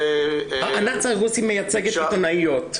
ענת סרגוסטי מייצגת עיתונאיות.